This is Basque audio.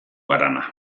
harana